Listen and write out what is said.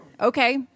okay